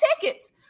tickets